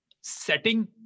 setting